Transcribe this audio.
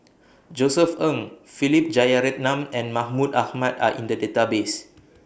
Josef Ng Philip Jeyaretnam and Mahmud Ahmad Are in The Database